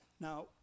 Now